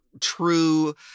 true